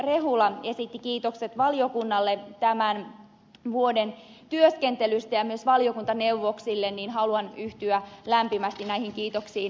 rehula esitti kiitokset valiokunnalle tämän vuoden työskentelystä ja myös valiokuntaneuvoksille niin haluan yhtyä lämpimästi näihin kiitoksiin